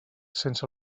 sense